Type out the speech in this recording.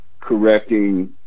correcting